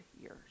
years